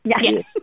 Yes